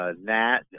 Nat